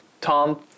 Tom